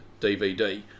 DVD